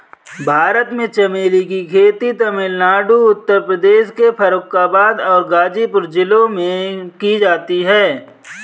भारत में चमेली की खेती तमिलनाडु उत्तर प्रदेश के फर्रुखाबाद और गाजीपुर जिलों में की जाती है